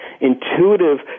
intuitive